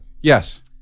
Yes